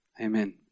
amen